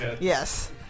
Yes